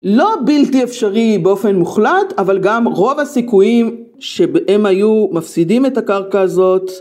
לא בלתי אפשרי באופן מוחלט, אבל גם רוב הסיכויים שבהם היו מפסידים את הקרקע הזאת.